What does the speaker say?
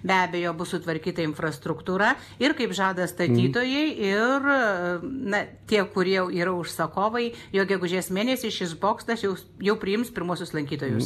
be abejo bus sutvarkyta infrastruktūra ir kaip žada statytojai ir na tie kurie yra užsakovai jau gegužės mėnesį šis bokštas jaus jau priims pirmuosius lankytojus